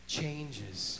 changes